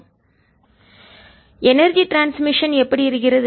ERn1 n2n1n2EI ET2n1n1n2EI energy transmission ஆற்றல் பரிமாற்றம் எப்படி இருக்கிறது